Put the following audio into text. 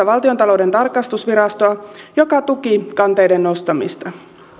valtiontalouden tarkastusvirastoa joka tuki kanteiden nostamista